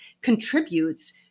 contributes